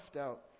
out